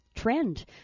trend